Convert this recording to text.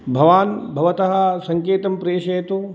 भवान् भवतः सङ्केतं प्रेषयतु